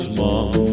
mom